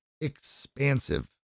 expansive